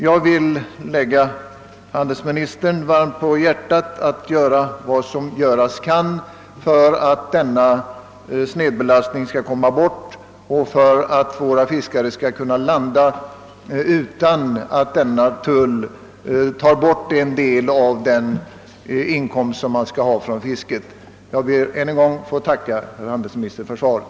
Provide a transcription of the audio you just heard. Jag vill lägga handelsministern varmt om hjärtat att göra vad som göras kan för att få bort snedbelastningen, så att våra fiskare kan landa sina fångster i Storbritannien utan att denna tull reducerar deras inkomst av fisket. Herr talman! Jag ber att än en gång få tacka handelsministern för svaret.